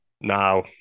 now